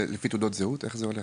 לפי תעודות זהות, איך זה הולך?